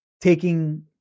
taking